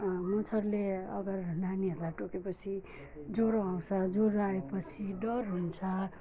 मच्छरले अगर नानीहरूलाई टोके पछि ज्वरो आउँछ ज्वरो आए पछि डर हुन्छ